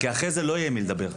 כי אחר כך לא יהיה עם מי לדבר.